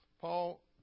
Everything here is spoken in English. Paul